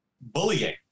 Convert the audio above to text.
bullying